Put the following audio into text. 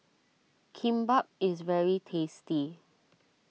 Kimbap is very tasty